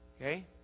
Okay